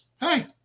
Hey